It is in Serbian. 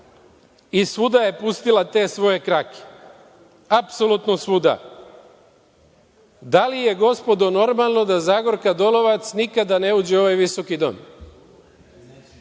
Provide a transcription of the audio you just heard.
i svuda je pustila te svoje krake, apsolutno svuda? Da li je, gospodo, normalno da Zagorka Dolovac nikada ne uđe u ovaj visoki Dom?